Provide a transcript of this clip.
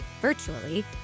virtually